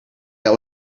that